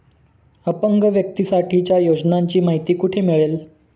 अपंग व्यक्तीसाठीच्या योजनांची माहिती कुठे मिळेल?